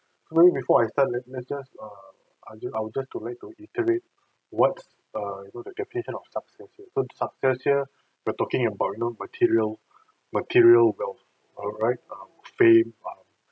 so before I start let let's just err I would I would just to like to iterate what uh you know the definition of success here so the success here we're talking about you know material material well alright um fame um